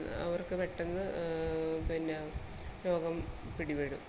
അവർക്ക് പെട്ടെന്ന് പിന്നെ രോഗം പിടിപെടും